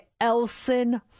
Elson